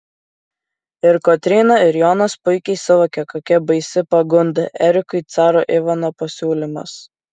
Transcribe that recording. ir kotryna ir jonas puikiai suvokia kokia baisi pagunda erikui caro ivano pasiūlymas